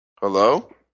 hello